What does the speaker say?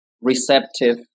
receptive